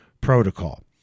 protocol